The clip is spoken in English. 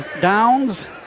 Downs